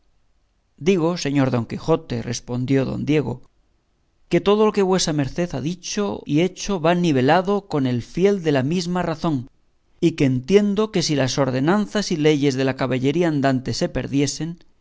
digo señor don quijote respondió don diego que todo lo que vuesa merced ha dicho y hecho va nivelado con el fiel de la misma razón y que entiendo que si las ordenanzas y leyes de la caballería andante se perdiesen